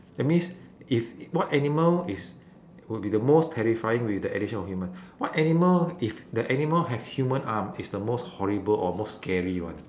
that means if what animal is will be the most terrifying with the addition of human what animal if the animal have human arm is the most horrible or most scary one